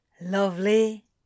Lovely